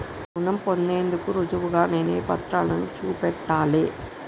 రుణం పొందేందుకు రుజువుగా నేను ఏ పత్రాలను చూపెట్టాలె?